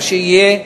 מה שיהיה,